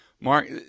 Mark